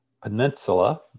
peninsula